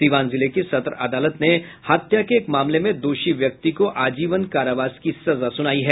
सीवान जिले की सत्र अदालत ने हत्या के एक मामले में दोषी व्यक्ति को आजीवन कारावास की सजा सुनायी है